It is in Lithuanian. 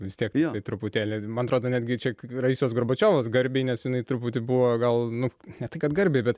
vis tiek jisai truputėlį man atrodo netgi čia raisos gorbačiovas garbei nes jinai truputį buvo gal nu ne tai kad garbei bet